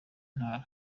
ntara